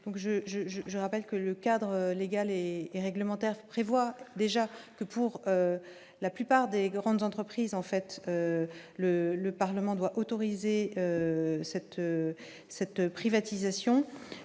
je rappelle que le cadre légal et réglementaire prévoit déjà que, pour la plupart des grandes entreprises, en fait, le, le Parlement doit autoriser cette cette privatisation